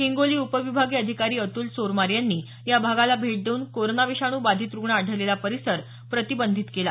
हिंगोली उपविभागीय अधिकारी अतुल चोरमारे यांनी या भागाला भेट देवून कोरोना विषाणू बाधित रुग्ण आढळलेला परिसर प्रतिबंधित केला